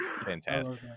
Fantastic